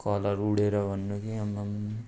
colour उडेर भन्नु कि आम्माम